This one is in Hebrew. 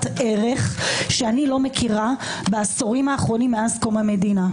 ערך שאני לא מכירה בעשורים האחרונים מאז קום המדינה.